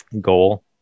goal